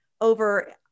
over